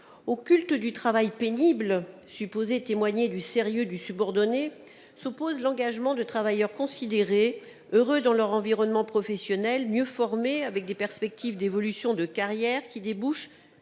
Au culte du travail pénible, supposé témoigner du sérieux du subordonné, s'oppose l'engagement de travailleurs considérés, heureux dans leur environnement professionnel, mieux formés, dont les perspectives d'évolution de carrière débouchent